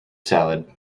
salad